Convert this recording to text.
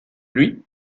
lui